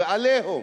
ו"עליהום".